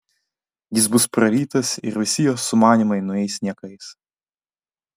jis bus prarytas ir visi jos sumanymai nueis niekais